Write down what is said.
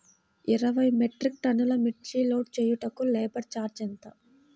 ఇరవై మెట్రిక్ టన్నులు మిర్చి లోడ్ చేయుటకు లేబర్ ఛార్జ్ ఎంత?